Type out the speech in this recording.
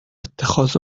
اتخاذ